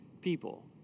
people